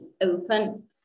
open